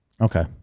okay